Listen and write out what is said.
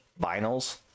vinyls